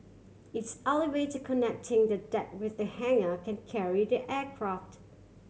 its elevator connecting the deck with the hangar can carry the aircraft